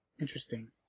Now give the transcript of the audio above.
interesting